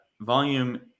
volume